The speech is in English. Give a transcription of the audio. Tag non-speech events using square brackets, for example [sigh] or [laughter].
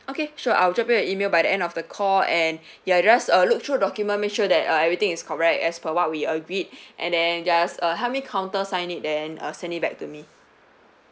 okay sure I'll drop you an email by the end of the call and [breath] ya just uh look through the document make sure that uh everything is correct as per what we agreed [breath] and then just uh help me counter sign it then uh send it back to me